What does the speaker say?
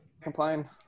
complain